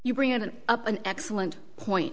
you bring it up an excellent point